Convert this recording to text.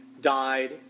died